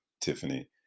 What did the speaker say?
Tiffany